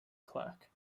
clerk